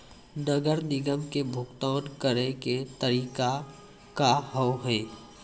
नगर निगम के भुगतान करे के तरीका का हाव हाई?